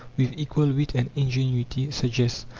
with equal wit and ingenuity, suggest.